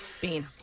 Bean